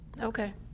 Okay